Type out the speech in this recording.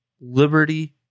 Liberty